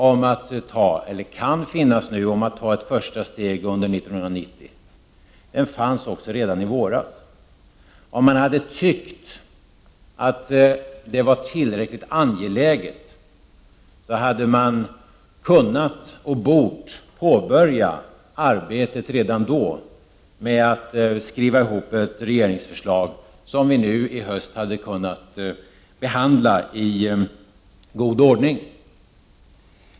Den enighet som nu kan finnas om att ta ett första steg år 1990 fanns redan i våras. Om man hade ansett det tillräckligt angeläget, hade man redan då bort och kunnat påbörja arbetet med att skriva ihop ett regeringsförslag, som vi nu i höst kunnat behandla i god ordning.